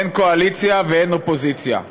אין קואליציה ואין אופוזיציה.